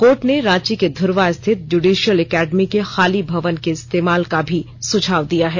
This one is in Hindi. कोर्ट ने रांची के धुर्वा स्थित जुडिशल एकेडमी के खाली भवन के इस्तेमाल का भी सुझाव दिया है